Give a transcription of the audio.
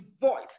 voice